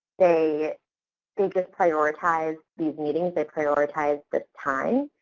they they just prioritized these meetings, they prioritized this time,